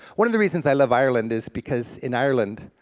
one of the reasons i love ireland is because, in ireland,